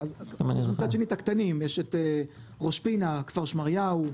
אז יש מצד שני את הקטנים ראש פינה, כפר שמריהו,